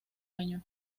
año